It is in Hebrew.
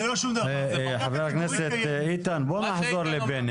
חבר הכנסת איתן, בוא נחזור לבני.